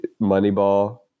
Moneyball